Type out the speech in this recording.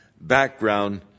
background